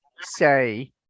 say